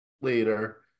later